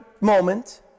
moment